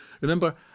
remember